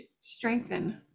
strengthen